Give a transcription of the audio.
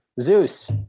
Zeus